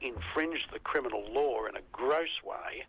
infringed the criminal law in and a gross way,